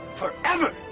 forever